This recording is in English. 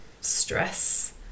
stress